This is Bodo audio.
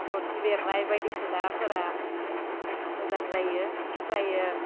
लन्थि बेरनाय बायदिसिनाफोरा मोजां जायो आमफ्रायो